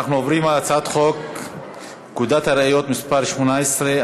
אנחנו עוברים להצעת חוק לתיקון פקודת הראיות (מס' 18),